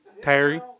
Terry